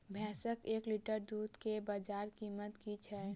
भैंसक एक लीटर दुध केँ बजार कीमत की छै?